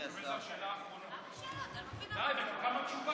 חבר הכנסת